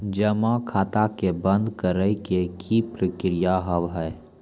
जमा खाता के बंद करे के की प्रक्रिया हाव हाय?